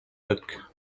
book